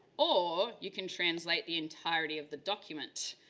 or you can translate the entirety of the document.